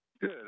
Good